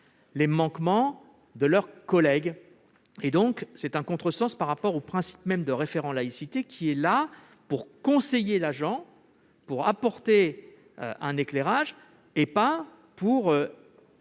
les manquements de leurs collègues. C'est donc un contresens par rapport au principe même de référent laïcité, qui est là pour conseiller l'agent, pour apporter un éclairage, et non